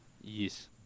yes